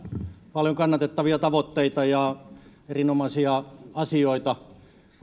paljon kannatettavia tavoitteita ja erinomaisia asioita on